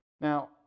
Now